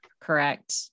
correct